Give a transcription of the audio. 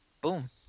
Boom